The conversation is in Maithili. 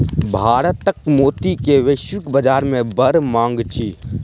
भारतक मोती के वैश्विक बाजार में बड़ मांग अछि